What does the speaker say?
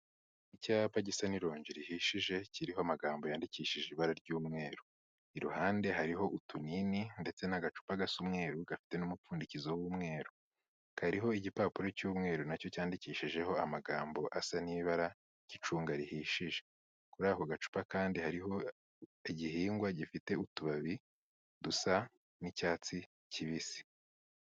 Icyapa gisa n'irongi rihishije, kiriho amagambo yandikishije ibara ry'umweru, iruhande hariho utunini ndetse n'agacupa gasa umweru gafite n'umupfundikizo w'umweru, kariho igipapuro cy'umweru na cyo cyandikishijeho amagambo asa n'ibara ry'icunga rihishije kuri ako gacupa kandi hariho igihingwa gifite utubabi dusa n'icyatsi kibisi